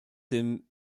dem